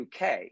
UK